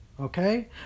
Okay